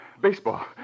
Baseball